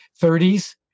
30s